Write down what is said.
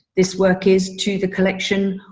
this work is to the collection.